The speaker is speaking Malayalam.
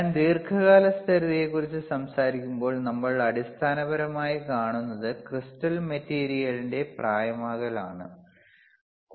ഞാൻ ദീർഘകാല സ്ഥിരതയെക്കുറിച്ച് സംസാരിക്കുമ്പോൾ നമ്മൾ അടിസ്ഥാനപരമായി കാണുന്നത് ക്രിസ്റ്റൽ മെറ്റീരിയലിന്റെ പ്രായമാകൽ ആണ്